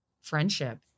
friendship